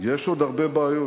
יש עוד הרבה בעיות.